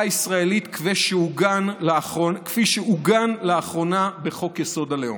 הישראלית כפי שעוגן לאחרונה בחוק: יסוד-הלאום.